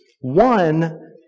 one